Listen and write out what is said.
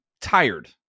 tired